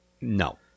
No